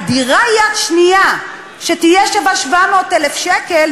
על דירה יד שנייה שתהיה שווה 700,000 שקל,